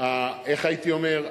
איך הייתי אומר?